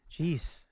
Jeez